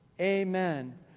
Amen